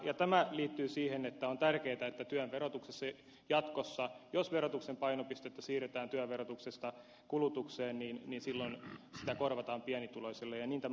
tämä liittyy siihen että on tärkeätä että työn verotuksessa jatkossa jos verotuksen painopistettä siirretään työn verotuksesta kulutukseen sitä silloin korvataan pienituloisille ja niin tämä hallitus on tehnyt